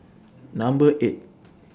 Number eight